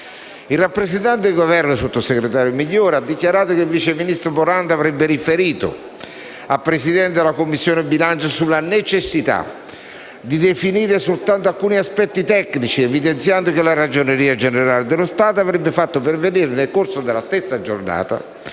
Il rappresentante del Governo, sottosegretario Migliore, ha dichiarato che il vice ministro Morando avrebbe riferito al Presidente della Commissione bilancio sulla necessità di definire soltanto alcuni aspetti tecnici, evidenziando che la Ragioneria generale dello Stato avrebbe fatto pervenire, nel corso della stessa giornata,